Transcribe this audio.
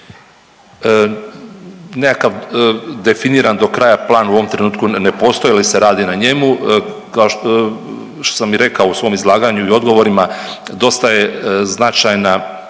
Nekakav definiran do kraja plan u ovom trenutku ne postoji, ali se radi na njemu. Kao što sam i rekao u svom izlaganju i odgovorima, dosta je značajna